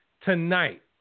Tonight